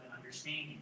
understanding